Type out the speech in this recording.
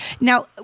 Now